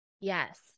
Yes